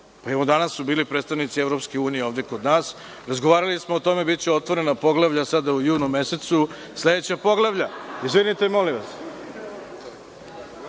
danas su bili predstavnici EU ovde kod nas, razgovarali smo o tome, biće otvorena poglavlja sada u junu mesecu, sledeća poglavlja, izvinite molim